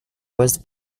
was